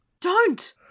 Don't